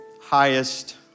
highest